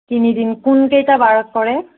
তিনিদিন কোন কেইটা বাৰত কৰে